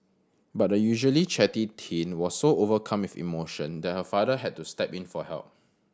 but the usually chatty teen was so overcome with emotion that her father had to step in for help